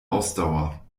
ausdauer